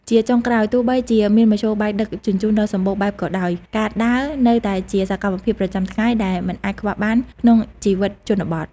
ជាចុងក្រោយ ទោះបីជាមានមធ្យោបាយដឹកជញ្ជូនដ៏សម្បូរបែបក៏ដោយ ការដើរ នៅតែជាសកម្មភាពប្រចាំថ្ងៃដែលមិនអាចខ្វះបានក្នុងជីវិតជនបទ។